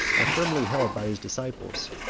are firmly held by his disciples,